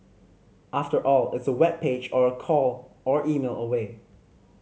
after all it's a web page or a call or email away